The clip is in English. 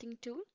tool